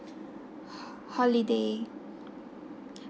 holiday